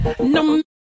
No